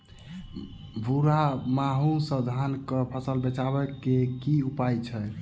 भूरा माहू सँ धान कऽ फसल बचाबै कऽ की उपाय छै?